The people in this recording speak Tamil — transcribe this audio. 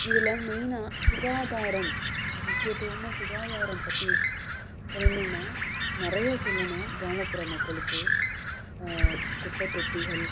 இதில் மெயினாக சுகாதாரம் முக்கியத்துவமாக சுகாதாரம் பற்றி சொல்லணும்னா நிறைய சொல்லணும் கிராமப்புற மக்களுக்கு குப்பைத்தொட்டிகள்